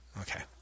okay